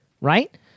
right